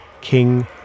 King